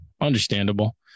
Understandable